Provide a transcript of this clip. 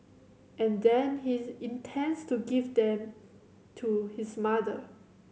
and then he intends to give them to his mother